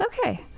okay